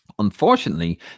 Unfortunately